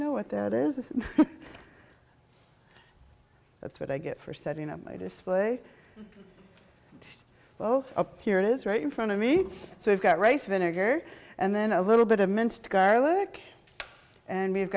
know what that is that's what i get for setting up my display oh here it is right in front of me so we've got race vinegar and then a little bit of minced garlic and we've